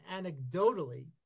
anecdotally